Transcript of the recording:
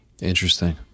interesting